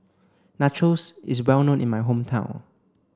Nachos is well known in my hometown